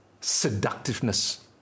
seductiveness